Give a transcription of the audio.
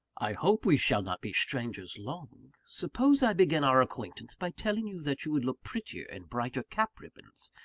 i hope we shall not be strangers long. suppose i begin our acquaintance, by telling you that you would look prettier in brighter cap-ribbons,